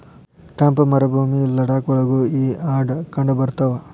ತಂಪ ಮರಭೂಮಿ ಲಡಾಖ ಒಳಗು ಈ ಆಡ ಕಂಡಬರತಾವ